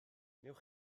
wnewch